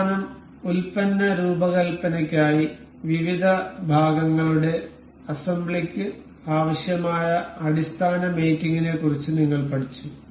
അവസാനം ഉൽപ്പന്ന രൂപകൽപ്പനയ്ക്കായി വിവിധ ഭാഗങ്ങളുടെ അസംബ്ലിക്ക് ആവശ്യമായ അടിസ്ഥാന മേറ്റിങ്ങിനെക്കുറിച്ച് നിങ്ങൾ പഠിച്ചു